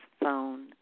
phone